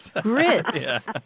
grits